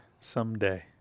someday